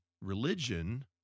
religion